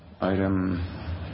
Item